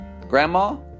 Grandma